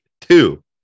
Two